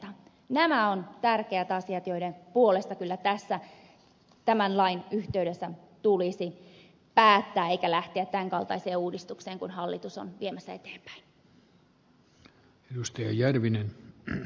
nämä ovat tärkeät asiat joiden puolesta kyllä tämän lain yhteydessä tulisi päättää eikä lähteä tämän kaltaiseen uudistukseen mitä hallitus on viemässä eteenpäin